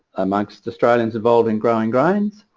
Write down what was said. amongst australians involved in growing grains.